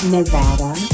Nevada